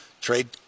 Trade